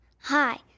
Hi